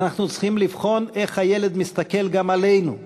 אנחנו צריכים לבחון גם איך הילד מסתכל עלינו,